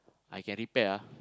I can repair ah